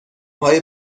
های